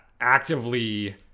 actively